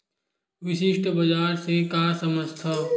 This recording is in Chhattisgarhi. विशिष्ट बजार से का समझथव?